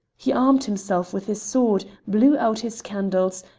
he armed himself with his sword, blew out his candles,